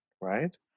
Right